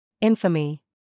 Infamy